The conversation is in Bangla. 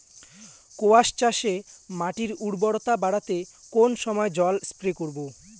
কোয়াস চাষে মাটির উর্বরতা বাড়াতে কোন সময় জল স্প্রে করব?